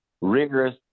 rigorous